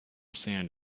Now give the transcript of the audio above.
sand